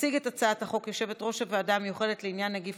תציג את הצעת החוק יושבת-ראש הוועדה המיוחדת לעניין נגיף